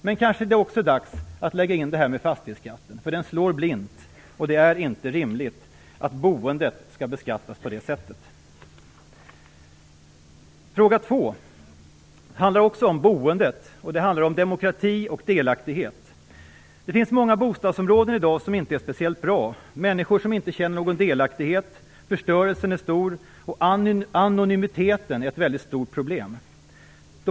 Men kanske det också är dags att lägga in fastighetsskatten, för den slår blint. Det är inte rimligt att boendet skall beskattas på det sättet. Fråga två handlar också om boendet. Den handlar om demokrati och delaktighet. Det finns många bostadsområden i dag som inte är speciellt bra. Människor känner inte någon delaktighet, förstörelsen är stor och anonymiteten är ett mycket stort problem.